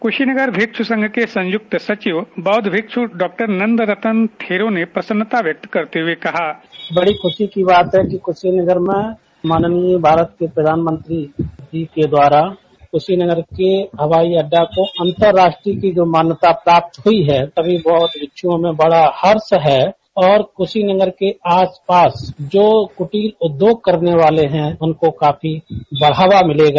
कुशीनगर भिक्षु संघ के संयुक्त सचिव बौद्ध भिक्षु डॉ नन्दरतन थेरो ने प्रसन्नता व्यक्त करते हुए कहा बड़ी खुशी की बात है कि कुशीनगर में माननीय भारत के प्रधानमंत्री जी के द्वारा कुशीनगर के हवाई अड्डा को अतर्राष्ट्रीय की जो मान्यता प्राप्त की है सभी बौद्धभिक्षुओं में बड़ा हर्ष है और कुशीनगर के आसपास जो कुटीर उद्योग करने वाले है उनको काफी बढ़ावा मिलेगा